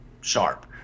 sharp